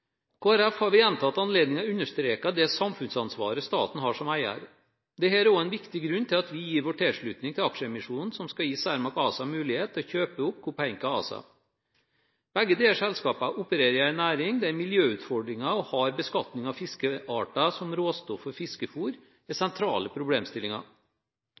Folkeparti har ved gjentatte anledninger understreket det samfunnsansvaret staten har som eier. Det er også en viktig grunn til at vi gir vår tilslutning til aksjeemisjonen som skal gi Cermaq ASA mulighet til å kjøpe opp Copeinca ASA. Begge disse selskapene opererer i en næring der miljøutfordringer og hard beskatning av fiskearter som råstoff for fiskefôr er sentrale problemstillinger.